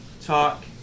talk